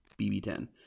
BB10